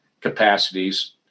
capacities